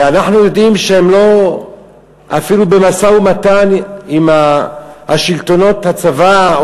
ואנחנו יודעים שאפילו לא במשא-ומתן עם שלטונות הצבא,